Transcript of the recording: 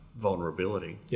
vulnerability